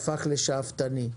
הפך לשאפתני.